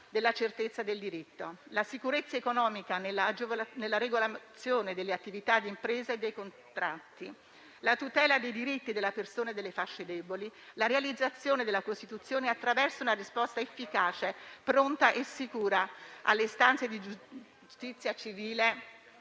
della certezza del diritto; la sicurezza economica nella regolazione delle attività d'impresa e dei contratti; la tutela dei diritti della persona e delle fasce deboli; la realizzazione della Costituzione attraverso una risposta efficace, pronta e sicura alle istanze di giustizia civile,